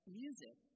music